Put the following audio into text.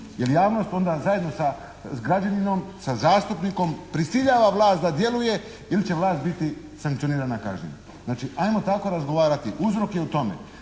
Jer javnost onda zajedno sa građaninom, sa zastupnikom prisiljava vlast da djeluje ili će vlast biti sankcionirana kažnjivo. Znači ajmo tako razgovarati. Uzrok je u tome.